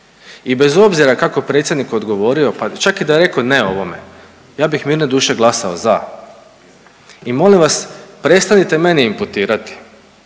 i bez obzira kako Predsjednik odgovorio, čak da je i rekao ne ovome, ja bih mirne duše glasao za. I molim vas prestanite meni imputirati,